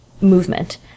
movement